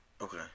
Okay